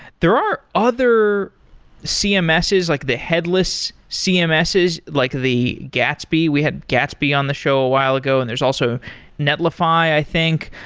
there are other cms's, like the headless cms's, like the gatsby. we had gatsby on the show a while ago and there's also netlify, i think.